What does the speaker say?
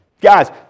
Guys